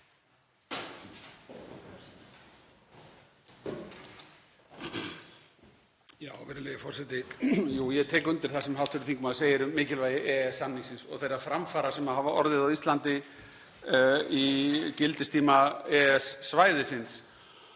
Virðulegi forseti. Já, ég tek undir það sem hv. þingmaður segir um mikilvægi EES-samningsins og þeirra framfara sem hafa orðið á Íslandi á gildistíma EES-svæðisins.